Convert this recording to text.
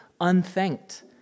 unthanked